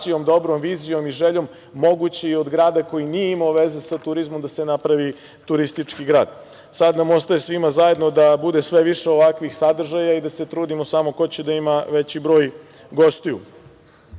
dobrom vizijom i željom moguće je i od grada koji nije imao veze sa turizmom da se napravi turistički grad. Sad nam ostaje svima zajedno da bude sve više ovakvih sadržaja i da se trudimo samo ko će da ima veći broj gostiju. Kada